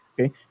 Okay